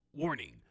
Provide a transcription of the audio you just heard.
Warning